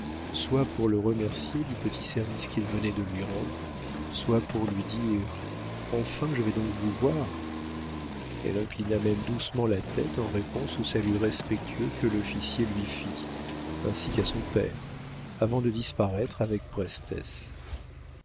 soit pour le remercier du petit service qu'il venait de lui rendre soit pour lui dire enfin je vais donc vous voir elle inclina même doucement la tête en réponse au salut respectueux que l'officier lui fit ainsi qu'à son père avant de disparaître avec prestesse